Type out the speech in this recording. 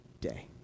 day